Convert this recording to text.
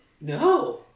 No